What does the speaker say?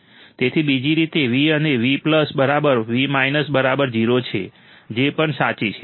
તેથી બીજી રીત V અને V V 0 છે જે પણ સાચી છે